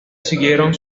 siguieron